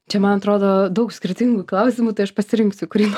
čia man atrodo daug skirtingų klausimų tai aš pasirinksiu kurį